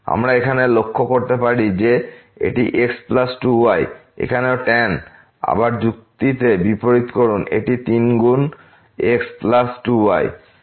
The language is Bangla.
আমরা এখানে লক্ষ্য করতে পারি যে এটি x প্লাস 2 y এবং এখানেও আবার যুক্তিকে বিপরীত করুন এটি 3 গুণ x প্লাস 2 y